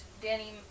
Danny